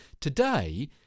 Today